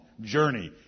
journey